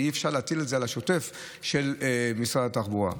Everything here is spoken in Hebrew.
ואי-אפשר להטיל את זה על השוטף של משרד התחבורה.